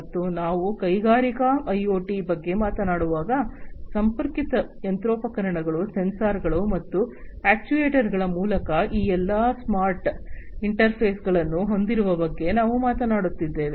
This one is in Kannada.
ಮತ್ತು ನಾವು ಕೈಗಾರಿಕಾ ಐಒಟಿ ಬಗ್ಗೆ ಮಾತನಾಡುವಾಗ ಸಂಪರ್ಕಿತ ಯಂತ್ರೋಪಕರಣಗಳು ಸೆನ್ಸಾರ್ಗಳು ಮತ್ತು ಅಕ್ಚುಯೆಟರ್ಸ್ಗಳ ಮೂಲಕ ಈ ಎಲ್ಲಾ ಸ್ಮಾರ್ಟ್ ಇಂಟರ್ಫೇಸ್ಗಳನ್ನು ಹೊಂದುವ ಬಗ್ಗೆ ನಾವು ಮಾತನಾಡುತ್ತಿದ್ದೇವೆ